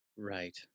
Right